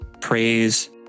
praise